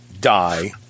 die